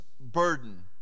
burden